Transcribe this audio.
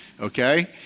Okay